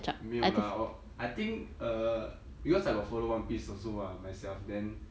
没有啦 oh I think uh because I got follow one piece also ah myself then